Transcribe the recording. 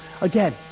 again